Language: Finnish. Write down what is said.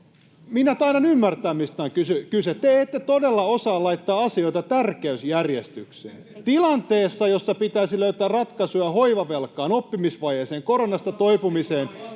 Minä taidan ymmärtää, mistä on kyse. Te ette todella osaa laittaa asioita tärkeysjärjestykseen. Tilanteessa, jossa pitäisi löytää ratkaisuja hoivavelkaan, oppimisvajeeseen ja koronasta toipumiseen,